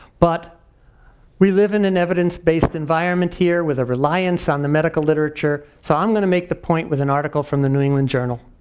but we live in an evidenced-based environment here with a reliance on the medical literature. so i'm gonna make the point with an article from the new england journal.